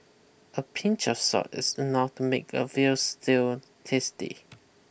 a pinch of salt is enough to make a veal stew tasty